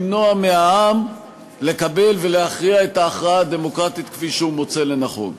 למנוע מהעם לקבל ולהכריע את ההכרעה הדמוקרטית כפי שהוא מוצא לנכון.